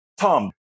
Tom